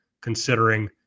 considering